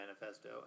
manifesto